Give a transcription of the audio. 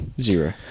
Zero